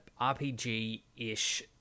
rpg-ish